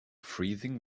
freezing